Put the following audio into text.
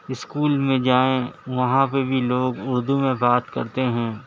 school میں جائیں وہاں پہ بھی لوگ اردو میں بات کرتے ہیں